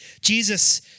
Jesus